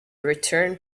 returned